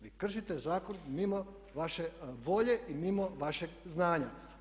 Vi kršite zakon mimo vaše volje i mimo vašeg znanja.